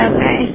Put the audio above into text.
Okay